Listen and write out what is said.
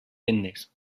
tendes